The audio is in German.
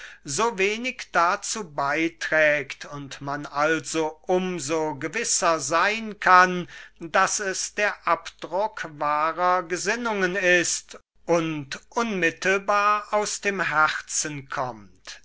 so wenig dazu beyträgt und man also um so gewisser seyn kann daß es der abdruck wahrer gesinnungen ist und unmittelbar aus dem herzen kommt